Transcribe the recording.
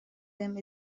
them